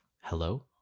hello